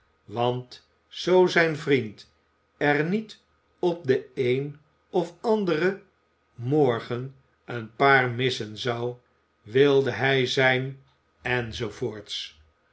want zoo zijn vriend er niet op den een of anderen morgen een paar missen zou wilde hij zijn